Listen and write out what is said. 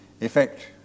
effect